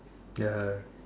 ya